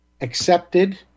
accepted